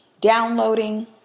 downloading